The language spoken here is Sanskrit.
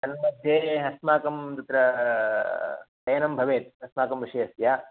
तन्मध्ये अस्माकं तत्र चयनं भवेत् अस्माकं विषयस्य